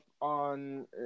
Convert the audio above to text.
on